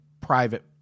private